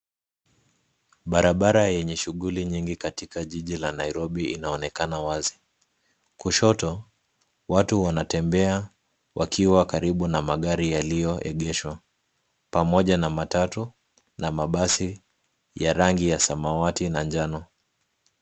Barabara yenye shughuli nyingi katika jiji la Nairobi inaonekana wazi. Kushoto watu wanatembea wakiwa karibu na magari yaliyoegeshwa pamoja na matatu na mabasi ya rangi ya samawati na njano.